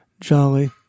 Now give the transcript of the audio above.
jolly